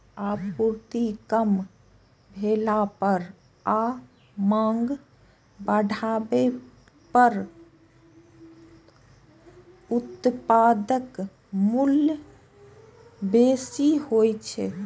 आपूर्ति कम भेला पर आ मांग बढ़ै पर उत्पादक मूल्य बेसी होइ छै